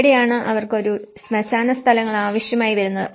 ഇവിടെയാണ് അവർക്ക് ഒരു ശ്മശാന സ്ഥലങ്ങൾ ആവശ്യമായി വരുന്നത്